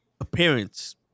Appearance